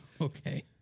Okay